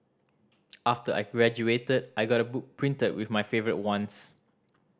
after I graduated I got a book printed with my favourite ones